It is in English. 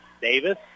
Davis